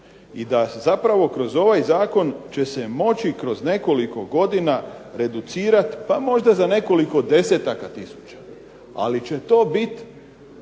i da zapravo kroz ovaj zakon će se moći kroz nekoliko godina reducirati pa možda za nekoliko desetaka tisuća, ali će to biti